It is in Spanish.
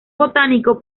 botánico